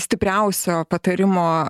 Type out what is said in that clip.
stipriausio patarimo